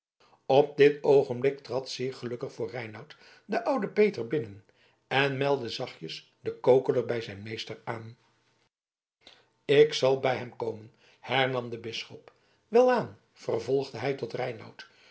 op dit oogenblik trad zeer gelukkig voor reinout de oude peter binnen en meldde zachtjes den kokeler bij zijn meester aan ik zal bij hem komen hernam de bisschop welaan vervolgde hij tot